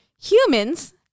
Humans